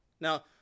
Now